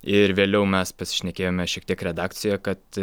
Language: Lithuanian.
ir vėliau mes pasišnekėjome šiek tiek redakcijoj kad